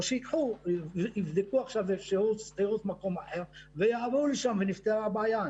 אפשרות אחרת היא שיבדקו לשכור מקום אחר ונפתרה הבעיה.